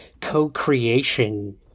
co-creation